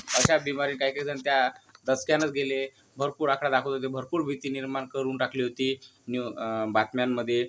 अशा बीमारी काय काय जण त्या धसक्यानंच गेले भरपूर आकडा दाखवत होते भरपूर भीती निर्माण करून टाकली होती न्यू बातम्यांमध्ये